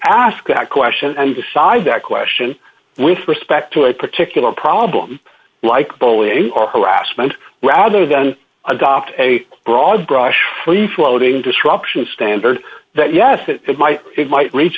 ask that question and decide that question with respect to a particular problem like bowie or harassment rather than adopt a broad brush free floating disruption standard that yes it might it might reach